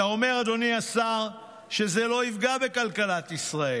אתה אומר, אדוני השר, שזה לא יפגע בכלכלת ישראל.